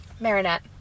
Marinette